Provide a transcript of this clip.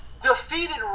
Defeated